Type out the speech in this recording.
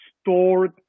stored